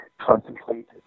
contemplate